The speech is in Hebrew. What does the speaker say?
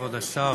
כבוד השר,